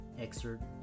excerpt